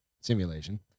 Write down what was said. simulation